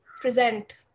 present